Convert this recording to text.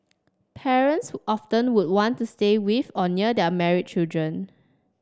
parents often would want to stay with or near their married children